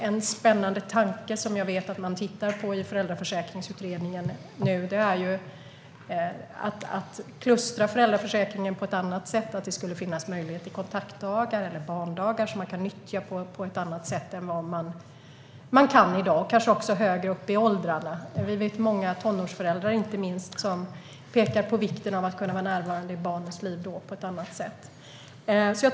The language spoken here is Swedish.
En spännande tanke som jag vet att Föräldraförsäkringsutredningen tittar på är att klustra föräldraförsäkringen på ett annat sätt. Det skulle kunna finnas möjlighet till kontaktdagar eller barndagar som kan nyttjas på ett annat sätt än i dag, kanske också högre upp i åldrarna. Många tonårsföräldrar pekar på vikten av att kunna vara närvarande i barnens liv på ett annat sätt.